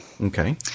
Okay